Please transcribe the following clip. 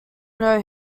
know